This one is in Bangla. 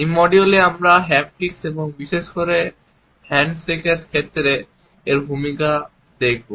এই মডিউলে আমরা হ্যাপটিক্স এবং বিশেষ করে হ্যান্ডশেকের ক্ষেত্রে এর ভূমিকা দেখব